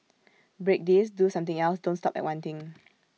break this do something else don't stop at one thing